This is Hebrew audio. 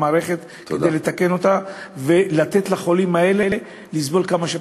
בהם במערכת כדי לתקן אותה ולתת לחולים האלה לסבול כמה שפחות.